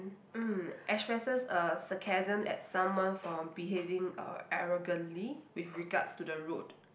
mm expresses a sarcasm at someone for behaving uh arrogantly with regards to the road